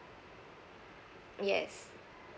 yes